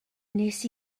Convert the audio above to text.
nes